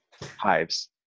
hives